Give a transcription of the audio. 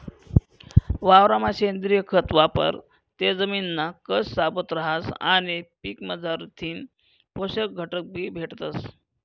वावरमा सेंद्रिय खत वापरं ते जमिनना कस शाबूत रहास आणि पीकमझारथीन पोषक घटकबी भेटतस